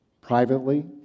privately